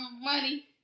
money